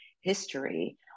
history